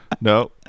No